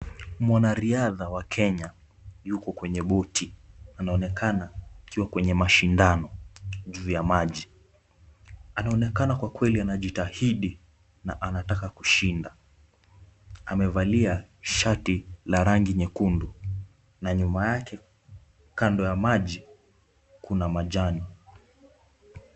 Mwanariadha wa Kenya yuko kwenye boti anaonekana akiwa kwenye mashindano juu ya maji, anaonekana kw kweli anajitahidi na anataka kushinda, amevalia shati la rangi nyekundu, na nyuma yake kando ya maji kuna majani.